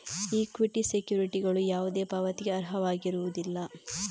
equity securities ಯಾವುದೇ ಪಾವತಿಗೆ ಅರ್ಹವಾಗಿರುವುದಿಲ್ಲ